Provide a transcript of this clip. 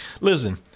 listen